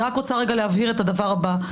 אני רק רוצה רגע להבהיר את הדבר הבא.